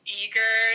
eager